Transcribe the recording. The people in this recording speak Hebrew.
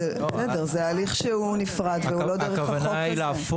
זה הליך נפרד, הוא לא דרך החוק הזה.